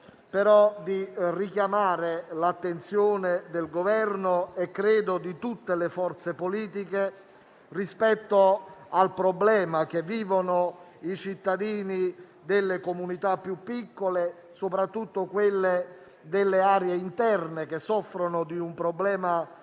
di richiamare l'attenzione del Governo e di tutte le forze politiche ai problemi che vivono i cittadini delle comunità più piccole, soprattutto quelle delle aree interne, che soffrono di un problema di